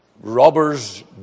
robber's